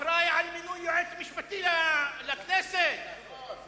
אחראי למינוי יועץ משפטי לכנסת, נכון.